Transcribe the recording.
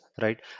right